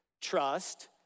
trust